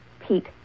Pete